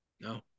No